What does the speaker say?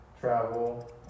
Travel